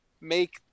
make